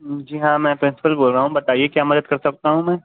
جی ہاں میں پرنسپل بول رہا ہوں بتائیے کیا مدد کر سکتا ہوں میں